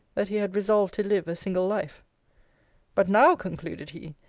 that he had resolved to live a single life but now, concluded he,